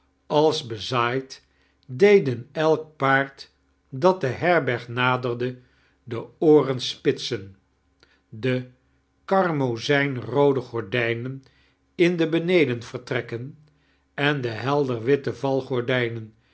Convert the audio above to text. als bezaaid deden elk paard dat de herberg nadjepcte de ooren spitsen de karmoizijhroode gordijnen in de benedenvertrekken eh de